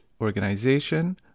organization